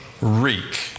reek